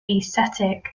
aesthetic